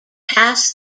pass